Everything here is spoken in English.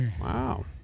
Wow